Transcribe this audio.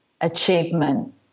achievement